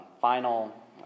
Final